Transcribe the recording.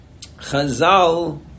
Chazal